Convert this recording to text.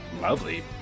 lovely